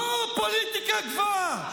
זאת פוליטיקה גבוהה,